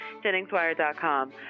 Jenningswire.com